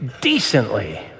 Decently